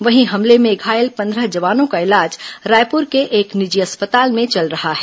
वहीं हमले में घायल पंद्रह जवानों का इलाज रायपुर के एक निजी अस्पताल में चल रहा है